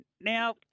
Now